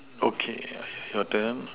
okay I your turn